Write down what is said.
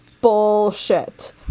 bullshit